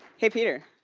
hey, peter,